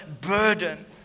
burden